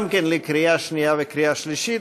גם היא לקריאה שנייה וקריאה שלישית.